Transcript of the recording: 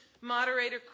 moderator